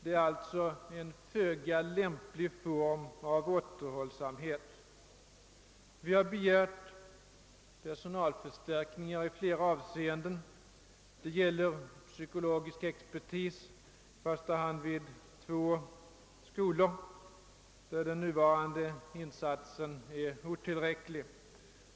Det är alltså en föga lämplig form av återhållsamhet. Vi reservanter har också begärt personalförstärkningar på flera områden. Det gäller psykologisk expertis, i första hand vid två skolor, där den nuvarande insatsen är otillräcklig.